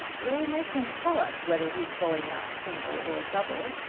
we'll make him tell us whether he's going out single or double,